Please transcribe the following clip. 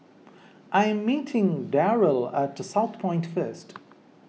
I am meeting Darell at Southpoint first